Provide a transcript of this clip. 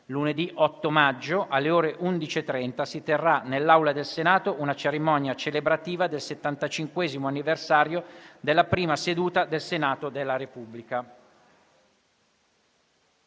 Lunedì 8 maggio, alle ore 11,30, si terrà nell'Aula del Senato una cerimonia celebrativa del 75° anniversario della prima seduta del Senato della Repubblica.